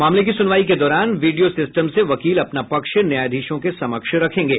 मामलों की सुनवाई के दौरान वीडियो सिस्टम से वकील अपना पक्ष न्यायाधीशों के समक्ष रखेंगे